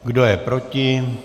Kdo je proti?